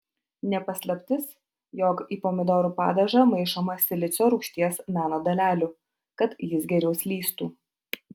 ne paslaptis jog į pomidorų padažą maišoma silicio rūgšties nanodalelių kad jis geriau slystų